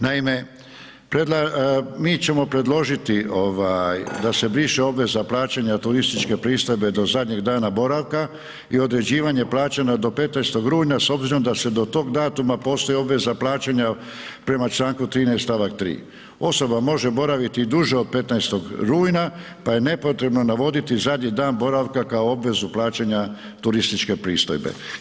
Naime, mi ćemo predložiti ovaj da se briše obveza plaćanja turističke pristojbe do zadnjeg dana boravka i određivanje plaćanja do 15. rujna s obzirom da se do tog datuma postoji obveza plaćanja prema Članku 13. stavak 3. Osoba može boraviti i duže od 15. rujna pa je nepotrebno navoditi zadnji dan boravka kao obvezu plaćanja turističke pristojbe.